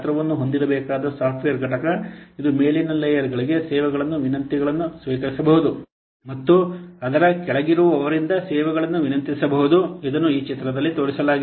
ಗಾತ್ರವನ್ನು ಹೊಂದಿರಬೇಕಾದ ಸಾಫ್ಟ್ವೇರ್ ಘಟಕ ಇದು ಮೇಲಿನ ಲೇಯರ್ಗಳಿಂದ ಸೇವೆಗಳಿಗೆ ವಿನಂತಿಗಳನ್ನು ಸ್ವೀಕರಿಸಬಹುದು ಮತ್ತು ಅದರ ಕೆಳಗಿರುವವರಿಂದ ಸೇವೆಗಳನ್ನು ವಿನಂತಿಸಬಹುದು ಇದನ್ನು ಈ ಚಿತ್ರದಲ್ಲಿ ತೋರಿಸಲಾಗಿದೆ